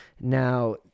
Now